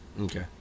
Okay